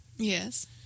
Yes